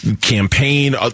campaign